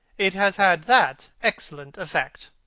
it has had that excellent effect,